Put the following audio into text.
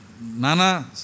Nana